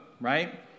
right